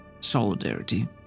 solidarity